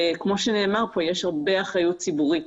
כמו שנאמר כאן, יש הרבה אחריות ציבורית,